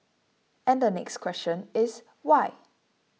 and the next question is why